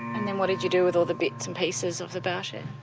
and then what did you do with all the bits and pieces of the bough shed?